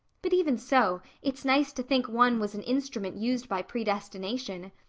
but even so, it's nice to think one was an instrument used by predestination.